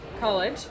college